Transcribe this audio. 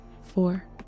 four